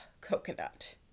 coconut